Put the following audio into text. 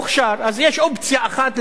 אז יש אופציה אחת להאריך,